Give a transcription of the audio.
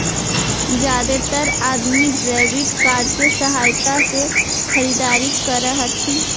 जादेतर अदमी debit card के सहायता से खरीदारी कर हथिन